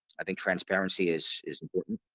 i think transparency is is important,